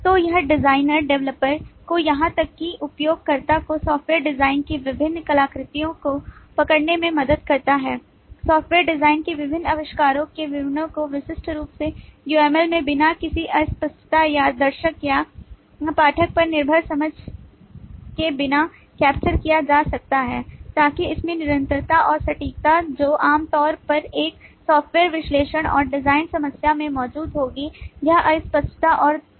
तो यह designer developer को यहां तक कि उपयोगकर्ता को सॉफ्टवेयर डिज़ाइन की विभिन्न कलाकृतियों को पकड़ने में मदद करता है सॉफ्टवेयर डिज़ाइन के विभिन्न आविष्कारों के विवरणों को विशिष्ट रूप से UML में बिना किसी अस्पष्टता या दर्शक या पाठक पर निर्भर समझ के बिना कैप्चर किया जा सकता है ताकि इसमें निरंतरता और सटीकता जो आम तौर पर एक सॉफ्टवेयर विश्लेषण और डिजाइन समस्या में मौजूद होगी यह अस्पष्टता और दुर्बलता को कम करती है